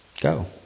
Go